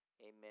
Amen